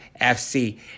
FC